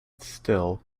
still